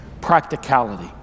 practicality